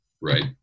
Right